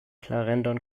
clarendon